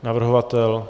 Navrhovatel?